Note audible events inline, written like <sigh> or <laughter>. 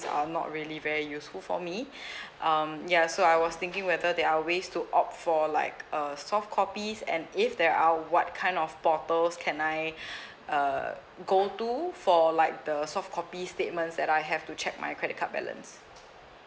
are not really very useful for me <breath> um ya so I was thinking whether there are ways to opt for like a softcopies and if there are what kind of portals can I <breath> uh go to for like the softcopy statements that I have to check my credit card balance